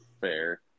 Fair